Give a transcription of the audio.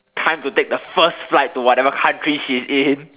time to take the first flight to whatever country she's in